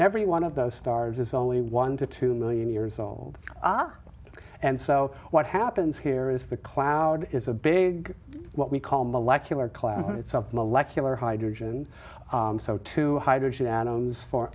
every one of those stars is only one to two million years old and so what happens here is the cloud is a big what we call molecular clouds of molecular hydrogen so to hydrogen atoms for